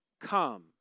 come